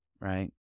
right